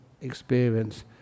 experience